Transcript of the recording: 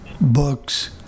books